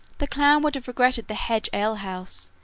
the clown would have regretted the hedge alehouse,